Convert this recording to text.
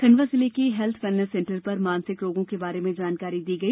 खंडवा जिले के health wellness centre पर मानसिक रोगों के बारे में जानकारी दी गई